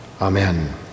Amen